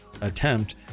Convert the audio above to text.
attempt